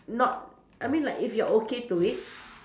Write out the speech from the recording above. not I mean like if you're okay to it